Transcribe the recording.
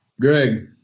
Greg